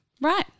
Right